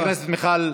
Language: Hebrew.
חברת הכנסת מרב מיכאלי,